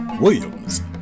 Williams